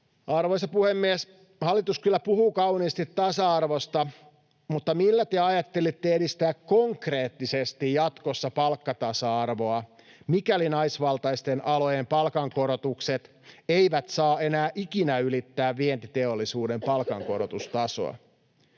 Arvoisa puhemies! Hallitus kyllä puhuu kauniisti tasa-arvosta, mutta millä te ajattelitte edistää konkreettisesti jatkossa palkkatasa-arvoa, mikäli naisvaltaisten alojen palkankorotukset eivät saa enää ikinä ylittää vientiteollisuuden palkankorotustasoa?